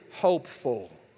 hopeful